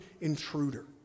intruder